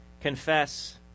confess